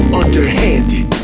underhanded